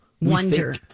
wonder